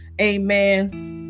amen